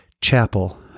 chapel